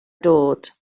dod